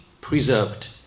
preserved